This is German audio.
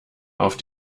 auf